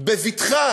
בבטחה